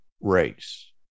race